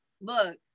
Look